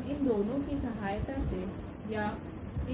हम इन दोनों की सहायता से या